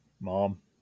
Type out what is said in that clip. mom